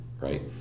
right